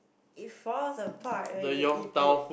it falls apart when you eat it